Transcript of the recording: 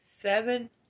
Seven